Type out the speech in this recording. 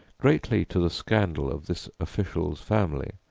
greatly to the scandal of this official's family,